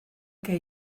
que